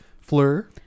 Fleur